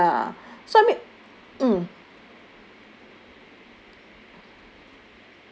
ya so I mean mm